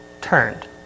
turned